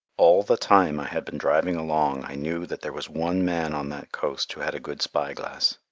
all the time i had been driving along i knew that there was one man on that coast who had a good spy-glass.